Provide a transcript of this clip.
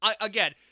Again